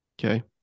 okay